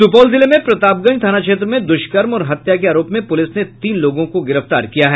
सुपौल जिले में प्रतापगंज थाना क्षेत्र में दुष्कर्म और हत्या के आरोप में पुलिस ने तीन लोगों को गिरफ्तार किया है